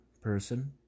person